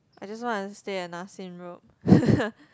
I just want to stay at Nassim road